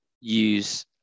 use